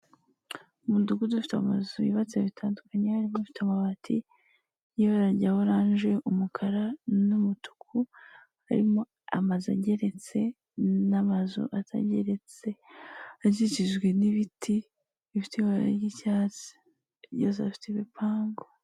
Umudugudu ufite amazu yubatse bitandukanye; harimo ufite amabati y'ibara rya oranje, umukara, n'umutuku; harimo amazu ageretse n'amazu atageretse; akikijwe n'ibiti bifite ibata ry'icyatsi; yose afite ibipangu.